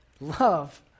Love